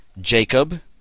Jacob